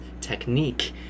technique